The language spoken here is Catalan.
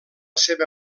seva